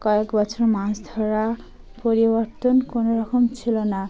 কয়েক বছর মাছ ধরা পরিবর্তন কোনো রকম ছিল না